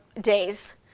days